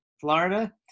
Florida